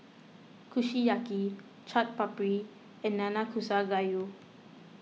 Kushiyaki Chaat Papri and Nanakusa Gayu